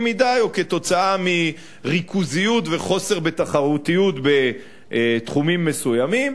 מדי או כתוצאה מריכוזיות וחוסר תחרותיות בתחומים מסוימים,